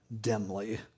dimly